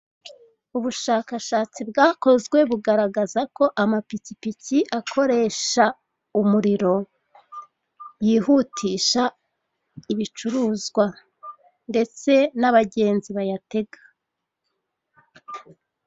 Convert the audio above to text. Ubushakashatsi bwakozwe bugaragaza ko amapikipiki akoresha umuriro, yihutisha ibicuruzwa ndetse n'abagenzi bayatega.